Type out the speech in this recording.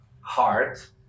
heart